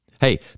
Hey